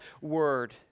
word